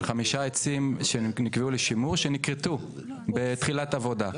של חמישה עצים שנקבעו לשימור שנכרתו בתחילת עבודה?